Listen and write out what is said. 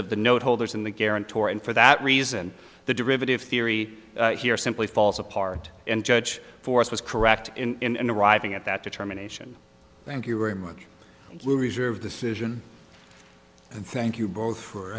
of the note holders in the guarantor and for that reason the derivative theory here simply falls apart and judge force was correct in arriving at that determination thank you very much reserve decision and thank you both for